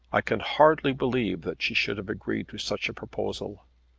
i can hardly believe that she should have agreed to such a proposal.